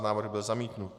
Návrh byl zamítnut.